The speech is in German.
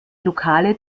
lokale